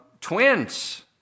twins